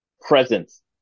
presence